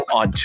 on